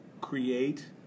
create